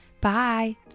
Bye